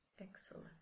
Excellent